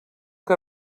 que